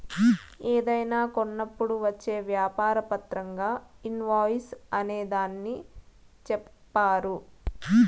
ఏదైనా కొన్నప్పుడు వచ్చే వ్యాపార పత్రంగా ఇన్ వాయిస్ అనే దాన్ని చెప్తారు